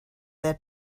that